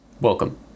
Welcome